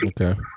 Okay